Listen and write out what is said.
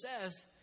says